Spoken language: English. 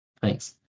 Thanks